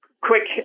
quick